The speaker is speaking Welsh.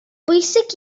bwysig